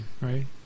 right